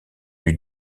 eût